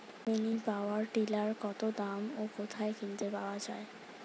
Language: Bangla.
মিনি পাওয়ার টিলার কত দাম ও কোথায় কিনতে পাওয়া যায়?